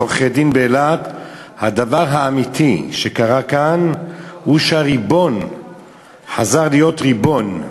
עורכי-דין באילת: "הדבר האמיתי שקרה כאן הוא שהריבון חזר להיות ריבון,